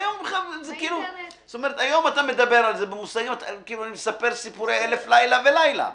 היום אתה מדבר על זה כאילו אתה מספר סיפורי אלף לילה ולילה.